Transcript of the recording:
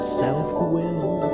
self-will